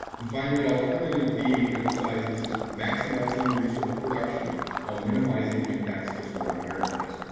and finally, alternative d emphasizes maximizing resource production while minimizing impacts to surrounding areas.